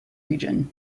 region